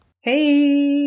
Hey